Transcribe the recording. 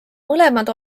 mõlemad